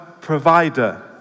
provider